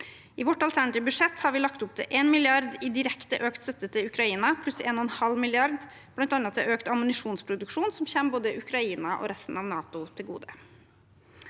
I vårt alternative budsjett har vi lagt opp til 1 mrd. kr i direkte økt støtte til Ukraina, pluss 1,5 mrd. kr til bl.a. økt ammunisjonsproduksjon, noe som kommer både Ukraina og resten av NATO til gode.